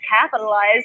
capitalize